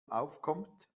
aufkommt